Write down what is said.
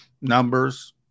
numbers